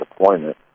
deployment